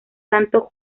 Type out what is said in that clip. santo